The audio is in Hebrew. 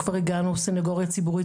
סניגוריה ציבורית,